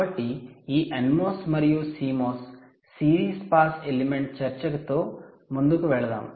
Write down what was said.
కాబట్టి ఈ NMOS మరియు CMOS సిరీస్ పాస్ ఎలిమెంట్ చర్చ తో ముందుకు వెళ్దాం